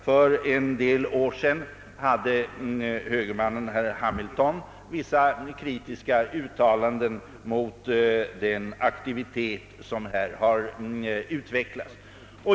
För en del år sedan riktade högermannen herr Hamilton vissa anmärkningar mot den aktivitet som härvidlag har utvecklats.